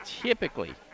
typically